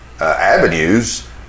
avenues